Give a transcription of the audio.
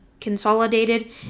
consolidated